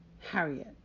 Harriet